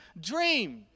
dream